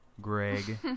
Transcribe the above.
Greg